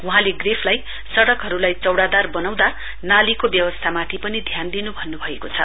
वहाँले ग्रेफलाई सड़कहरूलाई चौड़ादार बनाउँदा नालीको व्यवस्थामाथि पनि ध्यान दिनु भन्नुभएको छ